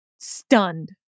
stunned